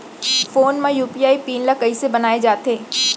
Phone म UPI pin ल कइसे बनाये जाथे?